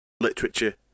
literature